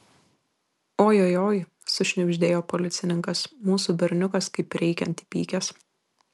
ojojoi sušnibždėjo policininkas mūsų berniukas kaip reikiant įpykęs